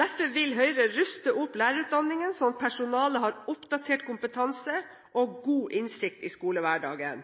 Derfor vil Høyre ruste opp lærerutdanningen, sånn at personalet har oppdatert kompetanse og god innsikt i skolehverdagen